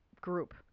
group